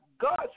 God